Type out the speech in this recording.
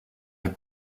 les